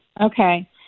Okay